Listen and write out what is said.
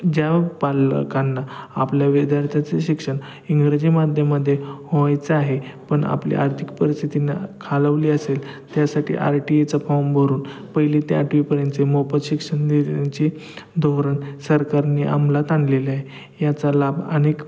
ज्या पालकांना आपल्या विद्यार्थ्याचे शिक्षण इंग्रजी माध्यमामध्ये व्हायचं आहे पण आपली आर्थिक परिस्थितीनं खालावली असेल त्यासाठी आर टी ईचा फॉम भरून पहिली ते आठवीपर्यंतचे मोफत शिक्षण धोरण सरकारने अमलात आणलेलं आहे याचा लाभ अनेक